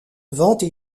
ventes